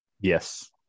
Yes